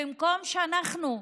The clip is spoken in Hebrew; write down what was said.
במקום שאנחנו,